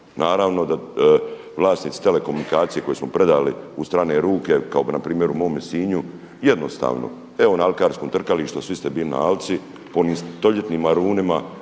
Naravno da vlasnici telekomunikacije koje smo predali u strane ruke kao na primjer u mome Sinju jednostavno. Evo na alkarskom trkalištu, a svi ste bili na alci, po onim stoljetnim marunima